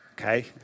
Okay